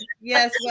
Yes